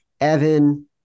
Evan